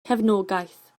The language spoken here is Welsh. cefnogaeth